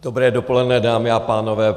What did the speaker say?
Dobré dopoledne, dámy a pánové.